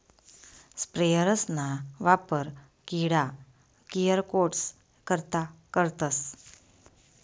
sprayers ना वापर किडा किरकोडस करता करतस